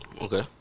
Okay